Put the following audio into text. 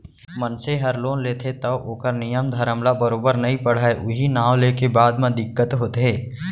मनसे हर लोन लेथे तौ ओकर नियम धरम ल बरोबर नइ पढ़य उहीं नांव लेके बाद म दिक्कत होथे